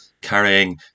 carrying